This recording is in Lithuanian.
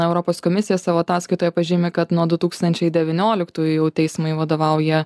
europos komisija savo ataskaitoje pažymi kad nuo du tūkstančiai devynioliktųjų teismui vadovauja